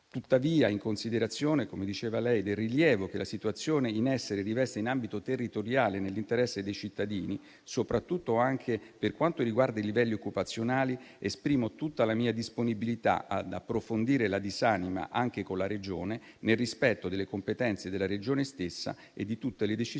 Tuttavia, in considerazione - come diceva l'interrogante - del rilievo che la situazione in essere riveste in ambito territoriale nell'interesse dei cittadini, soprattutto anche per quanto riguarda i livelli occupazionali, esprimo tutta la mia disponibilità ad approfondire la disamina anche con la Regione, nel rispetto delle competenze della Regione stessa e di tutte le decisioni